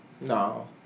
No